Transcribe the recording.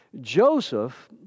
Joseph